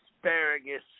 asparagus